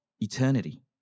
eternity